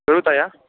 దొరుకుతాయా